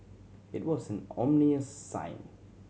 it was an ominous sign